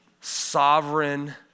sovereign